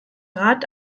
rat